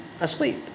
asleep